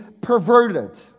perverted